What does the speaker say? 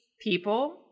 people